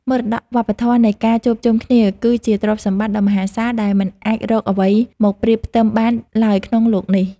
មរតកវប្បធម៌នៃការជួបជុំគ្នា គឺជាទ្រព្យសម្បត្តិដ៏មហាសាលដែលមិនអាចរកអ្វីមកប្រៀបផ្ទឹមបានឡើយក្នុងលោកនេះ។